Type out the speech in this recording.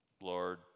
Lord